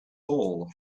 hole